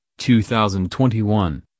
2021